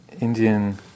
Indian